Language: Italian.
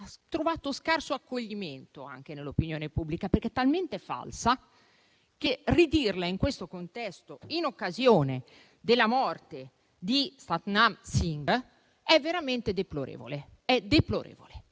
ha trovato scarso accoglimento anche nell'opinione pubblica perché è talmente falsa che ripeterla in questo contesto in occasione della morte di Satnam Singh è veramente deplorevole. Che cosa